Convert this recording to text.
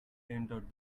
entered